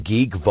Geek